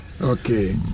Okay